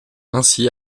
ainsi